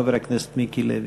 חבר הכנסת מיקי לוי.